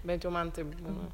bent jau man taip būna